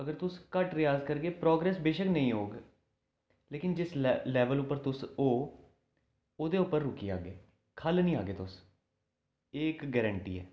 अगर तुस घट्ट रेआज करगे प्रग्रैस बेशक नेईं होग लेकिन जेस लैवल उप्पर तुस ओ ओह्दे उप्पर रुकी जाह्गे खल्ल निं आह्गे तुस एह् इक गरैंटी ऐ